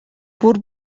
бүр